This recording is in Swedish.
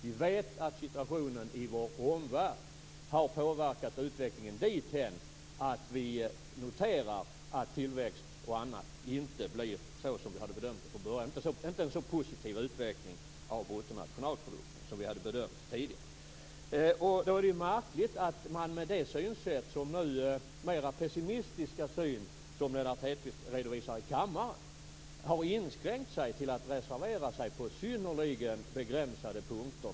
Vi vet att situationen i vår omvärld har påverkat utvecklingen dithän att vi noterar att tillväxten och utvecklingen av bruttonationalprodukten inte blir så positiv som vi hade bedömt tidigare. Då är det märkligt att man, om man har det pessimistiska synsätt som Lennart Hedquist redovisar i kammaren, har inskränkt sig till att reservera sig på synnerligen begränsade punkter.